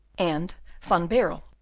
and van baerle,